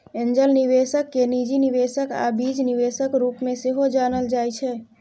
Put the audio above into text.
angel निबेशक केँ निजी निबेशक आ बीज निबेशक रुप मे सेहो जानल जाइ छै